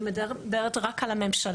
אני מדברת רק על הממשלה,